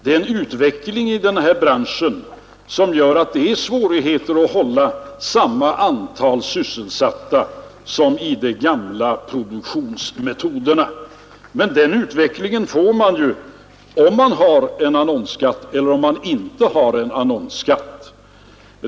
Det pågår en utveckling i den här branschen som gör att det är svårt att hålla samma antal sysselsatta som med de gamla produktionsmetoderna; men den utvecklingen får man vare sig man har en annonsskatt eller inte.